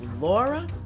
Laura